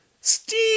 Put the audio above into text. Steve